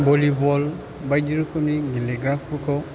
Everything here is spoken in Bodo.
भलिबल बायदि रोखोमनि गेलेग्राफोरखौ